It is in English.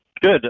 Good